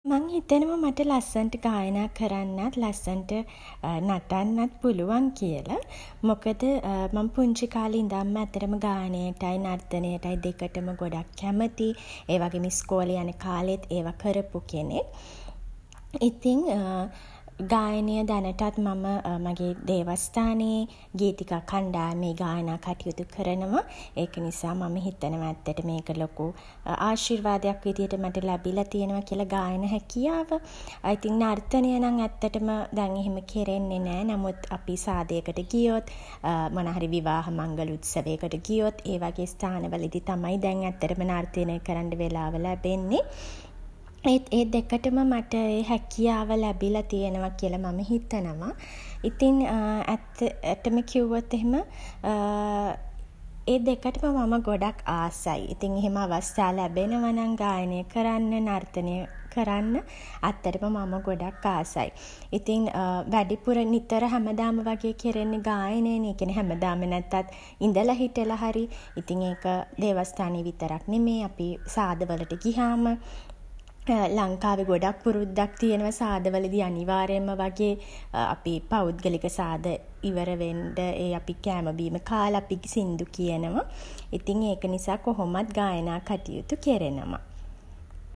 මං හිතනවා මට ලස්සනට ගායනා කරන්නත්, ලස්සනට නටන්නත් පුළුවන් කියලා. මොකද මං පුංචි කාලේ ඉඳන්ම ඇත්තටම ගායනයටයි, නර්තනයටයි දෙකටම ගොඩක් කැමතියි. ඒවගේම ඉස්කෝලේ යන කාලෙත් ඒවා කරපු කෙනෙක්. ඉතින් ගායනය දැනටත් මම මගේ දේවස්ථානයේ ගීතිකා කණ්ඩායමේ ගායනා කටයුතු කරනවා. ඒක නිසා මම හිතනවා ඇත්තටම ඒක ලොකු ආශිර්වාදයක් විදියට මට ලැබිලා තියෙනවා කියලා ගායන හැකියාව. ඉතින් නර්තනය නම් ඇත්තටම දැන් එහෙම කෙරෙන්නේ නෑ. නමුත්, අපි සාදයකට ගියොත් මොනවහරි විවාහ මංගල උත්සවයට ගියොත්, ඒ වගේ ස්ථාන වලදී තමයි දැන් ඇත්තටම නර්තනය කරන්න වෙලාව ලැබෙන්නේ. ඒත් ඒ දෙකටම මට ඒ හැකියාව ලැබිලා තියෙනවා කියලා මම හිතනවා. ඉතින් ඇත්තටම කිව්වොත් එහෙම ඒ දෙකටම මම ගොඩක් ආසයි. ඉතින් එහෙම අවස්ථා ලැබෙනවා නම් ගායනය කරන්න, නර්තනය කරන්න, ඇත්තටම මම ගොඩක් ආසයි. ඉතින් වැඩිපුර නිතර හැමදාම වගේ කෙරෙන්නේ ගායනය නෙ. ඒ කියන්නේ හැමදාම නැතත් ඉඳලා හිටලා හරි. ඉතින් ඒක දේවස්ථානයේ විතරක් නෙමේ. අපි සාද වලට ගිහාම ලංකාවේ ගොඩක් පුරුද්දක් තියෙනවා සාද වලදී අනිවාර්යෙන්ම වගේ අපි පෞද්ගලික සාද ඉවර වෙන්ඩ ඒ අපි කෑම බීම කාලා අපි සින්දු කියනවා. ඉතින් ඒක නිසා කොහොමත් ගායනා කටයුතු කෙරෙනවා.